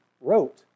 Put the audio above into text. wrote